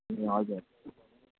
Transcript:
हजुर